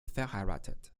verheiratet